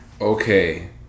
Okay